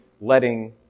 letting